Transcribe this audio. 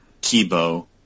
Kibo